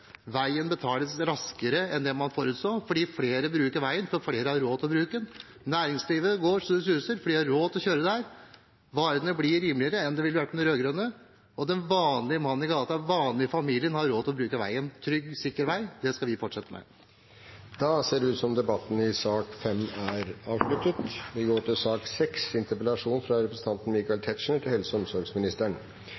veien betales raskere enn man forutså, fordi flere bruker veien, fordi flere har råd til å bruke den. Næringslivet går så det suser, fordi de har råd til å kjøre der. Varene blir rimeligere enn de ville vært med de rød-grønne. Og den vanlige mannen i gata og vanlige familier har råd til å bruke veien – en trygg og sikker vei. Det skal vi fortsette med. Flere har ikke bedt om ordet til sak nr. 5. Jeg kommer ikke til